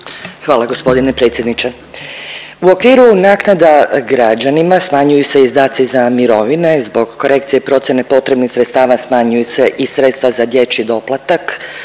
Hvala gospodine predsjedniče. U okviru naknada građanima smanjuju se izdaci za mirovine zbog korekcije procjene potrebnih sredstava smanjuju se i sredstva za dječji doplatak